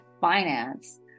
finance